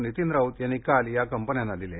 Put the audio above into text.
नितीन राऊत यांनी काल या कंपन्याना दिले